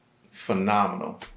Phenomenal